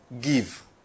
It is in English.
give